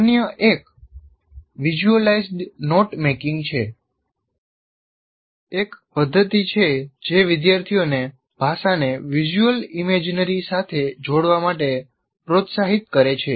અન્ય એક visualized note making છે એક પદ્ધતિ જે વિદ્યાર્થીઓને ભાષાને વિઝ્યુઅલ ઇમેજરી સાથે જોડવા માટે પ્રોત્સાહિત કરે છે